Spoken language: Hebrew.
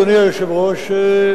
אדוני היושב-ראש,